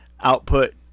output